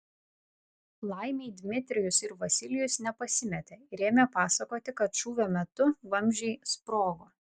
laimei dmitrijus ir vasilijus nepasimetė ir ėmė pasakoti kad šūvio metu vamzdžiai sprogo